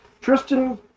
Tristan